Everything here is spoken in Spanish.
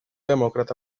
demócrata